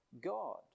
God